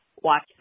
watch